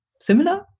similar